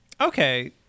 Okay